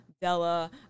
Della